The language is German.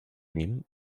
nehmen